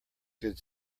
good